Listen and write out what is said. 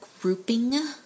grouping